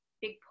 big